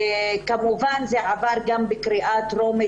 הצעת החוק שלי עברה בקריאה טרומית,